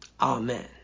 Amen